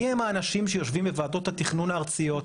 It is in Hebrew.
מי הם האנשים שיושבים בוועדות התכנון הארציות,